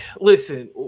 listen